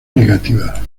negativa